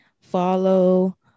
follow